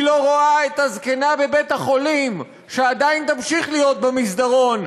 היא לא רואה את הזקנה בבית-החולים שעדיין תמשיך להיות במסדרון,